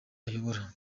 ayobora